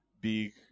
big